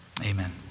Amen